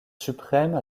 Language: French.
suprême